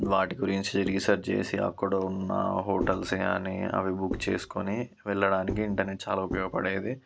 వాటి గురించి రీసెర్చ్ చేసి అక్కడ ఉన్న హోటల్స్ కాని అవి బుక్ చేసుకుని వెళ్లడానికి ఇంటర్నెట్ చాలా ఉపయోగపడేది